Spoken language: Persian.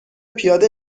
پیاده